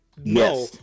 no